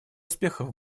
успехов